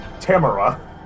Tamara